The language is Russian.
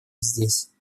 здесь